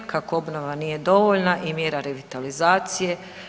Kako obnova nije dovoljna i mjera revitalizacije.